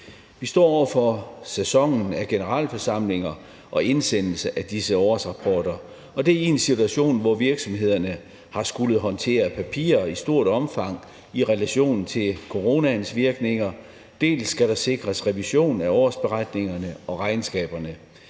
Vi står over for sæsonen af generalforsamlinger og indsendelse af disse årsrapporter, og det er i en situation, hvor virksomhederne har skullet håndtere papirer i stort omfang i relation til coronaens virkninger, og der skal sikres revision af årsberetningerne og regnskaberne.